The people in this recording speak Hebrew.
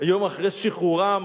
יום אחרי שחרורם